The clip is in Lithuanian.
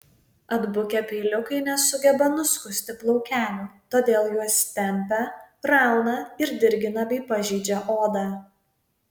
atbukę peiliukai nesugeba nuskusti plaukelių todėl juos tempia rauna ir dirgina bei pažeidžia odą